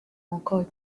encore